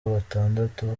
batandatu